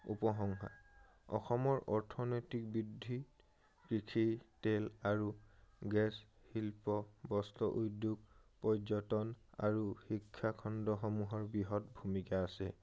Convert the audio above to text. উপশংসা অসমৰ অৰ্থনৈতিক বৃদ্ধি কৃষি তেল আৰু গেছ শিল্প বস্ত্ৰ উদ্যোগ পৰ্যটন আৰু শিক্ষাখণ্ডসমূহৰ বৃহৎ ভূমিকা আছে